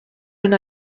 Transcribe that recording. una